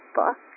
book